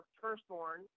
firstborn